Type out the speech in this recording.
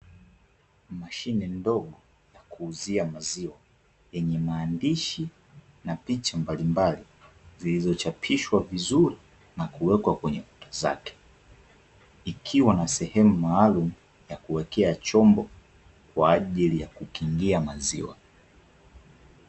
Mashine ndogo ya kuuzia maziwa yenye maandishi na picha mbalimbali zilizochapishwa vizuri na kuweka kwenye kuta zake ikiwa na sehemu maalumu ya kuwekea chombo kwa ajili ya kukingia maziwa.